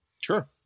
Sure